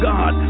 God